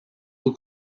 blue